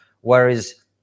whereas